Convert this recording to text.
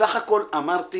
בסך הכול אמרתי